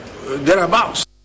thereabouts